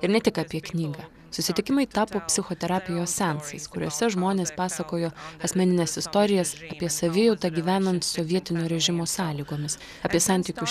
ir ne tik apie knygą susitikimai tapo psichoterapijos seansais kuriuose žmonės pasakojo asmenines istorijas apie savijautą gyvenant sovietinio režimo sąlygomis apie santykius